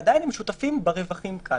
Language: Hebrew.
ועדיין הם שותפים ברווחים כאן.